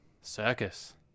Circus